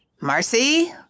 Marcy